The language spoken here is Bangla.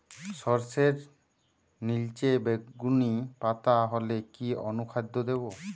সরর্ষের নিলচে বেগুনি পাতা হলে কি অনুখাদ্য দেবো?